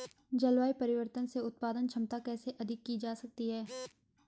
जलवायु परिवर्तन से उत्पादन क्षमता कैसे अधिक की जा सकती है?